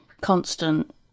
constant